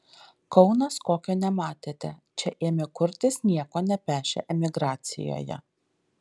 kaunas kokio nematėte čia ėmė kurtis nieko nepešę emigracijoje